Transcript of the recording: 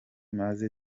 maze